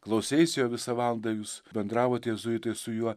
klauseisi jo visą valandą jūs bendravote jėzuitai su juo